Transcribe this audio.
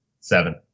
Seven